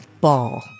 ball